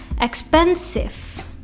expensive